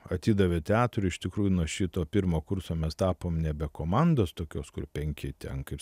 atidavė teatrui iš tikrųjų nuo šito pirmo kurso mes tapom nebe komandos tokios kur penki ten kaip